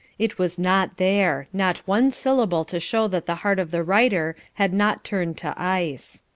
it was not there, not one syllable to show that the heart of the writer had not turned to ice.